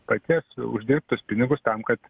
paties uždirbtus pinigus tam kad